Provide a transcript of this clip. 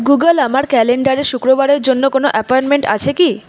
Google আমার ক্যালেন্ডারে শুক্রবারের জন্য কোনো অ্যাপয়মেন্ট আছে কি